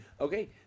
Okay